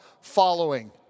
Following